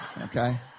Okay